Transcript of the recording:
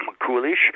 coolish